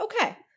Okay